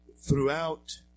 throughout